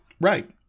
Right